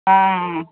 ହଁ